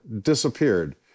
disappeared